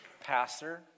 pastor